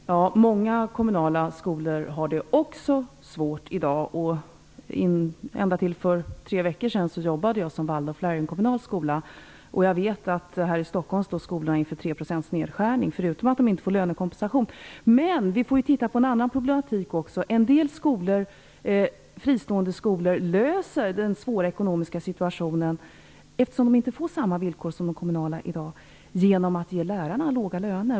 Herr talman! Många kommunala skolor har det också svårt i dag. Ända till för tre veckor sedan jobbade jag som Waldorflärare i en kommunal skola. Jag vet att skolorna här i Stockholm står inför 3 % nedskärning, förutom att de inte får lönekompensation. Men vi får titta på en annan problematik också. En del fristående skolor löser problemet med den svåra ekonomiska situationen - eftersom de i dag inte får samma villkor som de kommunala - genom att ge lärarna låga löner.